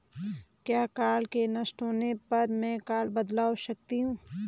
क्या कार्ड के नष्ट होने पर में कार्ड बदलवा सकती हूँ?